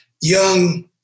young